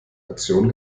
aktion